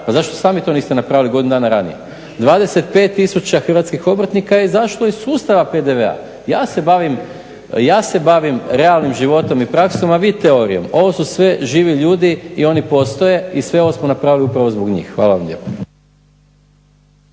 Pa zašto sami niste to napravili godinu dana ranije? 25 tisuća hrvatskih obrtnika je izašlo iz sustava PDV-a. ja se bavim realnim životom i praskom a vi teorijom. Ovo su sve živi ljudi i oni postoje i sve ovo smo napravili upravo zbog njih. Hvala vam lijepo.